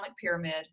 pyramid